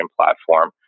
platform